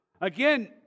Again